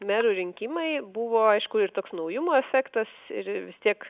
merų rinkimai buvo aišku ir toks naujumo efektas ir vis tiek